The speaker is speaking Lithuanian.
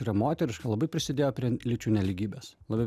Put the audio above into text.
yra moteriška labai prisidėjo prie lyčių nelygybės labai